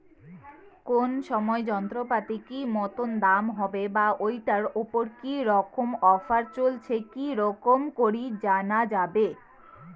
কোন সময় যন্ত্রপাতির কি মতন দাম হবে বা ঐটার উপর কি রকম অফার চলছে কি রকম করি জানা যাবে?